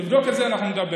תבדוק את זה, אנחנו נדבר.